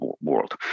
world